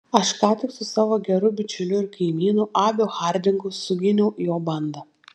aš ką tik su savo geru bičiuliu ir kaimynu abiu hardingu suginiau jo bandą